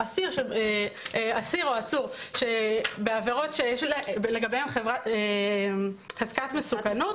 אסיר או עצור בעבירות שלגביהן יש חזקת מסוכנות